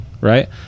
right